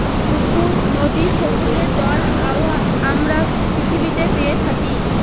পুকুর, নদীর, সমুদ্রের জল আমরা পৃথিবীতে পেয়ে থাকি